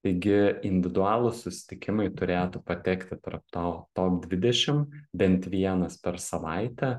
taigi individualūs susitikimai turėtų patekti tarp to top dvidešim bent vienas per savaitę